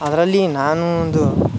ಅದರಲ್ಲಿ ನಾನು ಒಂದು